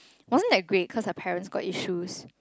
wasn't that great cause her parents got issues